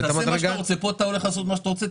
פה אתה הולך לעשות מה שאתה רוצה,